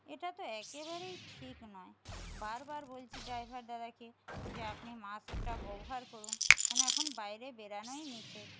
এটা তো একেবারেই ঠিক নয় বার বার বলছি ড্রাইভার দাদাকে যে আপনি মাস্কটা ব্যবহার করুন কেন না এখন বাইরে বেরোনোই নিষেধ